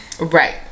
Right